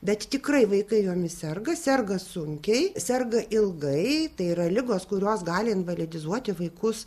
bet tikrai vaikai jomis serga serga sunkiai serga ilgai tai yra ligos kurios gali invalidizuoti vaikus